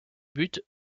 but